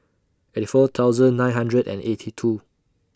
eighty four thousand nine hundred and eighty two